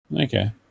Okay